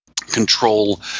control